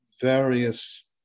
various